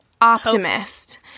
optimist